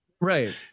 right